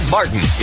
Martin